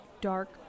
dark